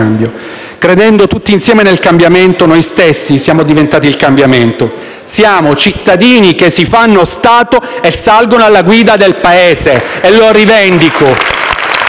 Credendo tutti insieme nel cambiamento, noi stessi siamo diventati il cambiamento. Siamo cittadini che si fanno Stato e salgono alla guida del Paese. E lo rivendico!